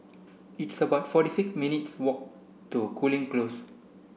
it's about forty six minutes' walk to Cooling Close